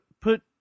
put